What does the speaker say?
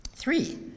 Three